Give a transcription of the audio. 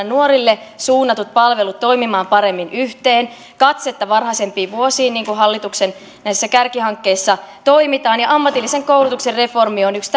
nuorille suunnatut palvelut toimimaan paremmin yhteen katsetta varhaisempiin vuosiin niin kuin hallituksen kärkihankkeissa toimitaan ja ammatillisen koulutuksen reformi on yksi